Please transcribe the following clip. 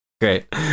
Great